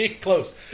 Close